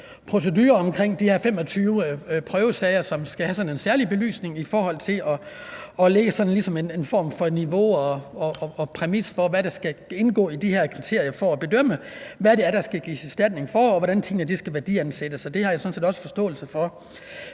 procedure med de 25 prøvesager, som særlig skal belyses i forhold til at lægge et niveau og præmis for, hvad der skal indgå i de her kriterier for at bedømme, hvad der skal gives erstatning for, og hvordan tingene skal værdiansættes. Det har jeg sådan set også forståelse for.